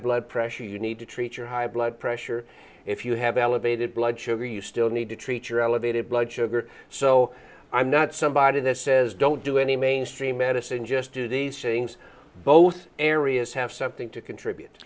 blood pressure you need to treat your high blood pressure if you have elevated blood sugar you still need to treat your elevated blood sugar so i'm not somebody that says don't do any mainstream medicine just do these things both areas have something to contribute